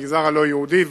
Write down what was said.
במגזר הלא-יהודי,